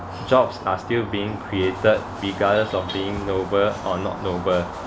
jobs are still being created regardless of being noble or not noble